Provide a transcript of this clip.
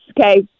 Okay